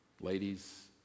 Ladies